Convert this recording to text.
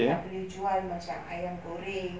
tak boleh jual macam ayam goreng